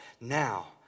now